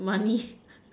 money